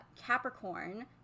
Capricorn